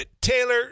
Taylor